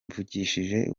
mvugishije